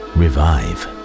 revive